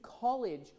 college